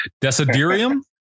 Desiderium